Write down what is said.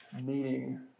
meeting